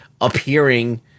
appearing